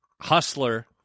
hustler